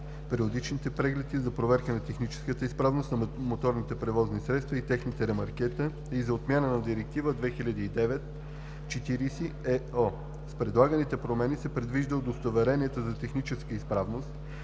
периодичните прегледи за проверка на техническата изправност на моторните превозни средства и техните ремаркета и за отмяна на Директива 2009/40/ЕО. С предлаганите промени се предвижда удостоверенията за техническа изправност